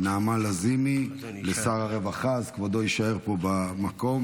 נעמה לזימי לשר הרווחה, אז כבודו יישאר פה במקום.